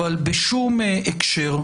אבל בשום הקשר,